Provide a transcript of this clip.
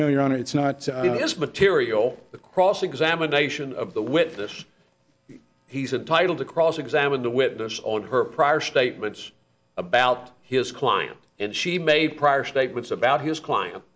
no you don't it's not just material the cross examination of the witness he's entitled to cross examine the witness on her prior statements about his client and she made prior statements about his client